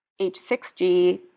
h6g